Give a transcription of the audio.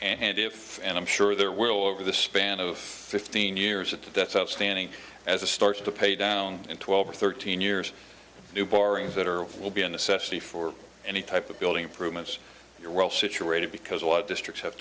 and if and i'm sure there will over the span of fifteen years at the debts outstanding as a start to pay down in twelve or thirteen years new borrowings that are will be a necessity for any type of building improvements your world situated because what districts have